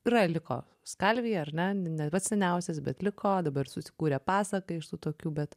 yra liko skalvija ar ne ne pats seniausias bet liko dabar susikūrė pasaka iš tų tokių bet